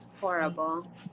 Horrible